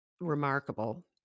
remarkable